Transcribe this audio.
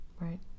right